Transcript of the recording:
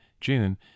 June